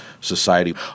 Society